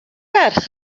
ferch